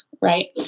right